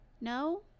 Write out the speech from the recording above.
no